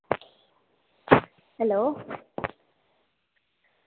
hello